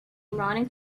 running